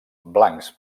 blancs